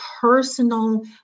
personal